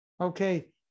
Okay